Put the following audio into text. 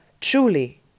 truly